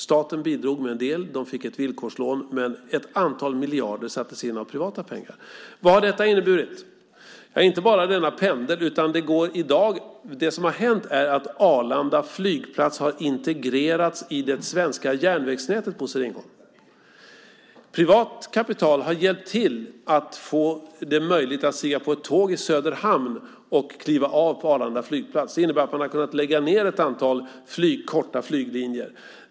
Staten bidrog med en del - de fick ett villkorslån - men ett antal miljarder sattes in av privata pengar. Vad har detta inneburit? Jo, inte bara att denna pendel finns, utan att Arlanda flygplats dessutom har integrerats i det svenska järnvägsnätet. Privat kapital har hjälpt till att göra det möjligt att stiga på tåg i Söderhamn och kliva av på Arlanda flygplats. Det i sin tur har inneburit att man kunnat lägga ned ett antal korta flyglinjer.